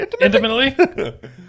intimately